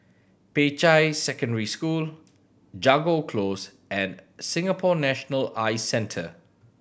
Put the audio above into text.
Peicai Secondary School Jago Close and Singapore National Eye Centre